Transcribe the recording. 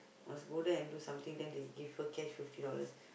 must go there and do something then they give her cash fifty dollars